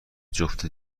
جفت